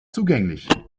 zugänglich